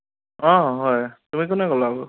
অঁ হয় তুমি কোনে ক'লা বাৰু